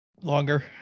longer